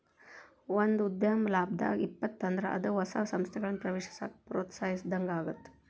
ಒಂದ ಉದ್ಯಮ ಲಾಭದಾಗ್ ಇತ್ತಪ ಅಂದ್ರ ಅದ ಹೊಸ ಸಂಸ್ಥೆಗಳನ್ನ ಪ್ರವೇಶಿಸಾಕ ಪ್ರೋತ್ಸಾಹಿಸಿದಂಗಾಗತ್ತ